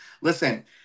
Listen